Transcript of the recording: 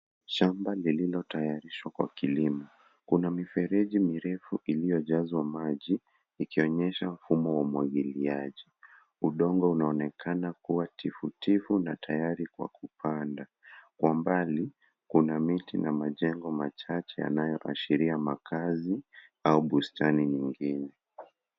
Shamba lililotayarishwa kwa kilimo. Kuna mifereji mirefu iliyojazwa maji ikionyesha mfumo wa umwagiliaji. Udongo unaonekana kuwa tifutifu na tayari kwa kupanda. Kwa mbali, kuna miti na majengo machache yanayoashiria makazi au bustani nyingine.